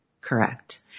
Correct